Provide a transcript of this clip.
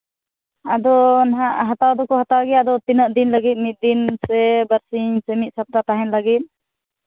ᱟᱫᱚ ᱦᱟᱸᱜ ᱦᱟᱛᱟᱣ ᱫᱚᱠᱚ ᱦᱟᱛᱟᱣ ᱜᱮᱭᱟ ᱟᱫᱚ ᱛᱤᱱᱟᱹᱜ ᱫᱤᱱ ᱞᱟᱹᱜᱤᱫ ᱢᱤᱫ ᱫᱤᱱ ᱥᱮ ᱵᱟᱨᱥᱤᱧ ᱥᱮ ᱢᱤᱫ ᱥᱚᱯᱛᱟ ᱛᱟᱦᱮᱱ ᱞᱟᱹᱜᱤᱫ